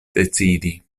decidi